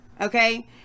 okay